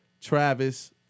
Travis